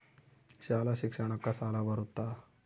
ಶಾಲಾ ಶಿಕ್ಷಣಕ್ಕ ಸಾಲ ಬರುತ್ತಾ?